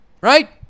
right